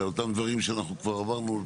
על אותם דברים שאנחנו כבר אמרנו,